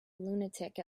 lunatic